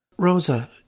Rosa